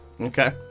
Okay